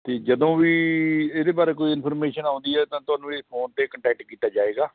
ਅਤੇ ਜਦੋਂ ਵੀ ਇਹਦੇ ਬਾਰੇ ਕੋਈ ਇਨਫੋਰਮੇਸ਼ਨ ਆਉਂਦੀ ਹੈ ਤਾਂ ਤੁਹਾਨੂੰ ਇਹ ਫੋਨ 'ਤੇ ਕੰਟੈਕਟ ਕੀਤਾ ਜਾਵੇਗਾ